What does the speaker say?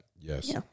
Yes